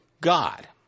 God